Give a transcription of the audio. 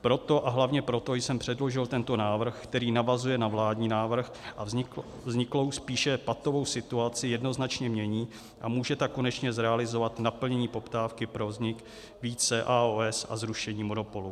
Proto a hlavně proto jsem předložil tento návrh, který navazuje na vládní návrh a vzniklou, spíše patovou situaci jednoznačně mění, a může tak konečně zrealizovat naplnění poptávky pro vznik více AOS a zrušení monopolu.